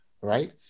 right